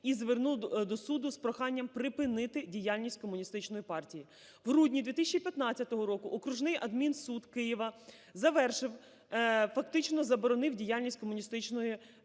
і звернулось до суду з проханням припинити діяльність Комуністичної партії. В грудні 2015 року окружний адмінсуд Києва завершив, фактично заборонив діяльність Комуністичної партії